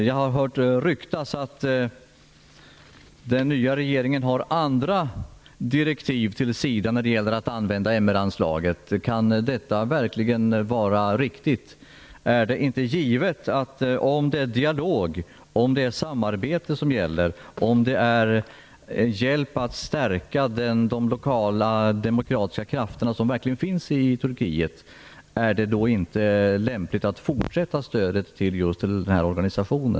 Jag har hört ryktas att den nya regeringen skall ändra direktiven till SIDA för användningen av MR-anslaget. Kan detta verkligen vara riktigt? Om dialog och samarbete skall gälla och om man skall ge hjälp för att stärka de lokala demokratiska krafter som verkligen finns i Turkiet, är det då inte lämpligt att fortsätta stödet till just denna organisation?